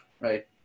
Right